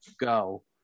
go